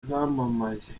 zamamaye